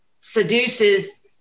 seduces